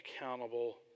accountable